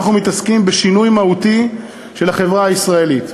אנחנו עוסקים בשינוי מהותי של החברה הישראלית.